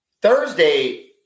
Thursday